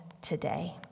today